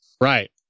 Right